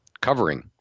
covering